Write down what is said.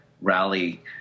rally